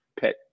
pet